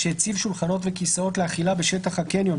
שהציב שולחנות וכיסאות לאכילה בשטח הקניון,